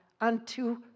unto